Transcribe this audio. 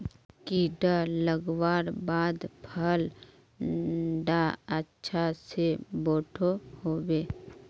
कीड़ा लगवार बाद फल डा अच्छा से बोठो होबे?